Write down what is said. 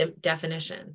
definition